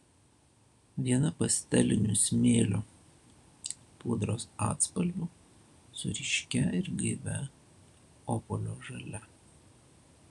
viena pastelinių smėlio pudros atspalvių su ryškia ir gaivia obuolio žalia